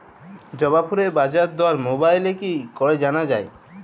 জবা ফুলের বাজার দর মোবাইলে কি করে জানা যায়?